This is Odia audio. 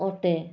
ଅଟେ